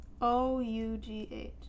O-U-G-H